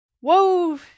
Whoa